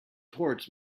towards